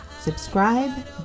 subscribe